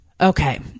Okay